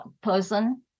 person